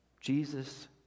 Jesus